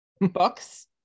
books